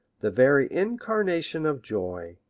the very incarnation of joy,